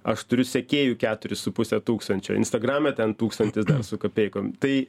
aš turiu sekėjų keturis su puse tūkstančio instagrame ten tūkstantis dar su kapeikom tai